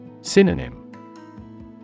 Synonym